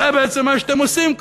זה בעצם מה שאתם עושים כאן.